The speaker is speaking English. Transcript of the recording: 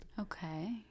Okay